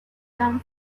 come